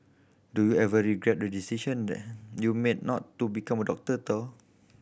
do you ever regret the decision that you made not to become doctor though